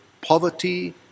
poverty